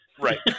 Right